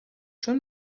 چون